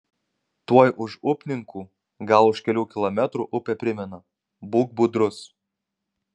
tuoj už upninkų gal už kelių kilometrų upė primena būk budrus